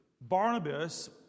Barnabas